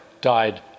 died